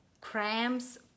cramps